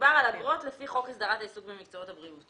ומדובר על אגרות לפי חוק הסדרת העיסוק במקצועות הבריאות.